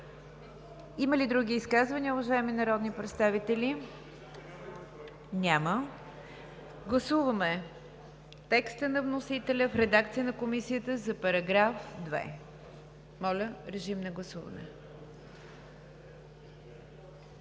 Има ли други изказвания, уважаеми народни представители? Няма. Гласуваме текста на вносителя в редакцията на Комисията за § 2. Гласували